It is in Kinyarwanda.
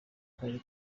karere